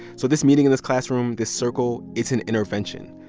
so this meeting in this classroom, this circle it's an intervention.